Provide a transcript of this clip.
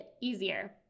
easier